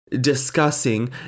discussing